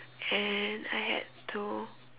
and I had to